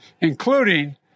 including